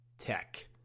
tech